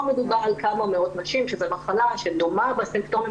פה מדובר על כמה מאות נשים שזו מחלה שדומה בסימפטומים